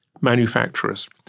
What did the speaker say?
manufacturers